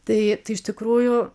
tai tai iš tikrųjų